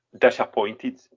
disappointed